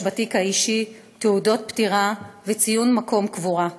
בתיק האישי תעודות קבורה וציון מקום הקבורה.